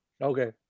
Okay